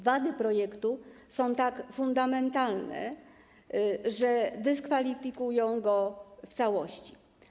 Wady projektu są tak fundamentalne, że dyskwalifikują go w całości.